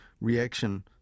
reaction